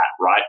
right